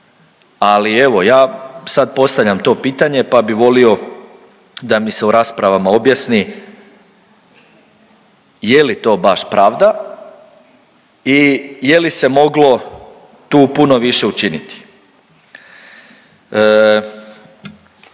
Ali evo, ja sad postavljam to pitanje pa bi volio da mi se u raspravama objasni, je li to baš pravda i je li se moglo tu puno više učiniti?